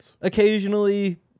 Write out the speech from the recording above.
Occasionally